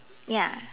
ya